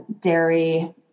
dairy